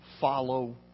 Follow